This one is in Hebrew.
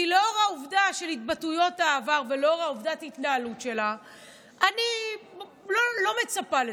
כי לאור התבטאויות העבר ולאור ההתנהלות שלה אני לא מצפה לזה.